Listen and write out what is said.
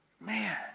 Man